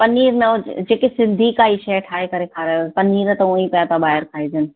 पनीर न जेके सिंधी काई शय ठाहे करे खारायो पनीर त हूअई पिया था ॿाहिरि खाइजनि